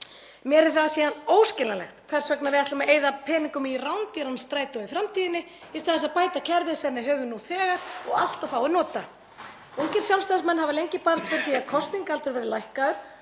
Mér er það síðan óskiljanlegt hvers vegna við ætlum að eyða peningum í rándýran strætó í framtíðinni í stað þess að bæta kerfið sem við höfum nú þegar og allt of fáir nota. Ungir sjálfstæðismenn hafa lengi barist fyrir því að kosningaaldur verði lækkaður